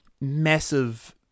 massive